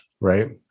Right